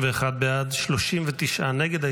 31 בעד, 39 נגד.